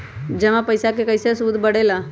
जमा पईसा के कइसे सूद बढे ला?